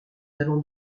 allons